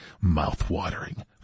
Mouth-watering